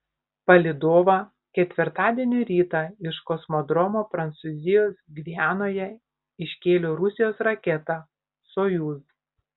palydovą ketvirtadienio rytą iš kosmodromo prancūzijos gvianoje iškėlė rusijos raketa sojuz